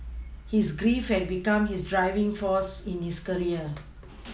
his grief had become his driving force in his career